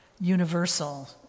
universal